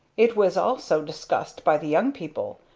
it was also discussed by the young people,